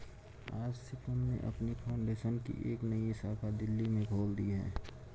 आज शिवम ने अपनी फाउंडेशन की एक नई शाखा दिल्ली में खोल दी है